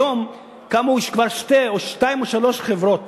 היום כבר קמו שתיים או שלוש חברות